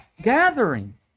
gathering